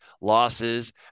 losses